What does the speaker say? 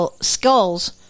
skulls